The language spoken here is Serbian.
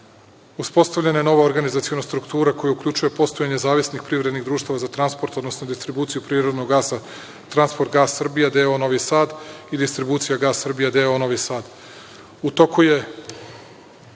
uspostavljena je nova organizaciona struktura koja uključuje postojanje nezavisnih privrednih društava za transport, odnosno distribuciju prirodnog gasa, transport gas Srbija d.o.o. Novi Sad i distribucija gas Srbija d.o.o Novi Sad. U toku je